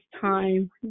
time